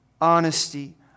honesty